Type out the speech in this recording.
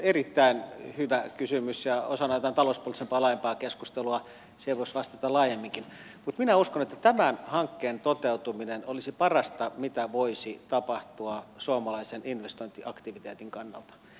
erittäin hyvä kysymys ja osana tätä talouspoliittisempaa laajempaa keskustelua siihen voisi vasta laajemminkin mutta minä uskon että tämän hankkeen toteutuminen olisi parasta mitä voisi tapahtua suomalaisen investointiaktiviteetin kannalta